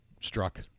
struck